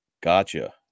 Gotcha